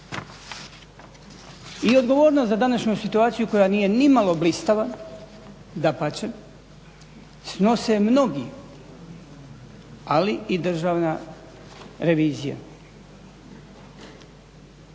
I odgovornost za današnju situaciju koja nije ni malo blistava, dapače snose mnogi ali i Državna revizija.